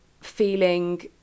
feeling